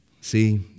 See